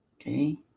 okay